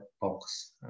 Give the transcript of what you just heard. box